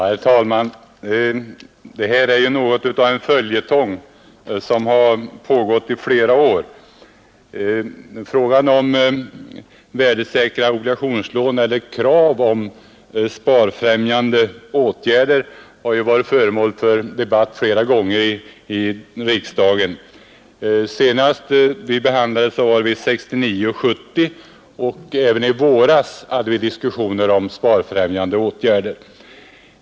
Herr talman! Detta ärende är något av en följetong som pågått i flera år. Frågan om värdesäkra obligationslån eller krav om sparfrämjande åtgärder har varit föremål för debatt i riksdagen flera gånger, senast 1969 och 1970, och även i våras hade vi diskussioner om sparstimulerande åtgärder.